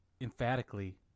emphatically